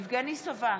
יבגני סובה,